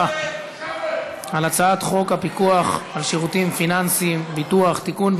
להצבעה על הצעת חוק הפיקוח על שירותים פיננסיים (ביטוח) (תיקון,